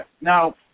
Now